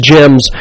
Gems